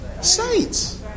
saints